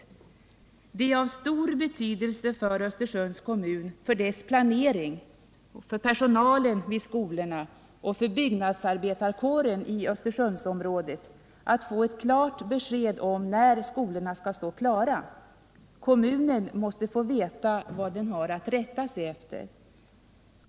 Det är av stor betydelse för Östersunds kommun, för dess planering, för personalen vid skolorna och för byggnadsarbetarkåren i Östersundsområdet att få ett klart besked om när skolorna skall stå klara. Kommunen måste få veta vad den har att rätta sig efter.